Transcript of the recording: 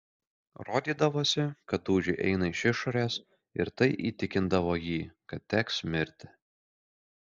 rodydavosi kad dūžiai eina iš išorės ir tai įtikindavo jį kad teks mirti